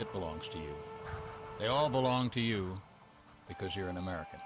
it belongs to you they all belong to you because you're an american